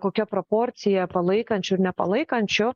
kokia proporcija palaikančių ir nepalaikančių